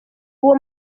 uwo